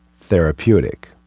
therapeutic